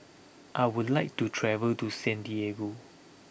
I would like to travel to Santiago